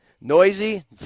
noisy